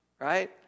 right